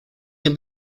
can